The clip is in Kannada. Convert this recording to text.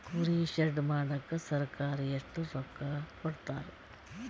ಕುರಿ ಶೆಡ್ ಮಾಡಕ ಸರ್ಕಾರ ಎಷ್ಟು ರೊಕ್ಕ ಕೊಡ್ತಾರ?